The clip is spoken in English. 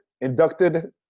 inducted